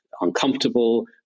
uncomfortable